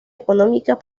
económicas